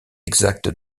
exacte